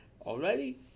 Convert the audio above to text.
Already